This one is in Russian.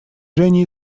женя